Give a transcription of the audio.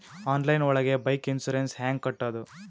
Online ಒಳಗೆ bike insurance ಹ್ಯಾಂಗ್ ಕಟ್ಟುದು?